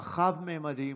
רחב ממדים,